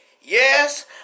Yes